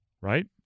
right